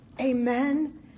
Amen